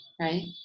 right